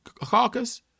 caucus